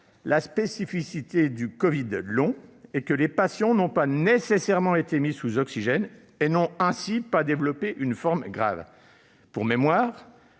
la spécificité du covid long est que les patients n'ont pas nécessairement été mis sous oxygène et ne sont donc pas considérés comme ayant développé une forme grave. Pour mémoire,